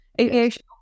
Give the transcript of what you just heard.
Aviation